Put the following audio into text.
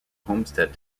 homestead